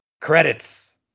Credits